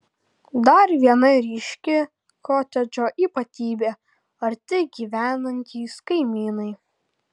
dar viena ryški kotedžo ypatybė arti gyvenantys kaimynai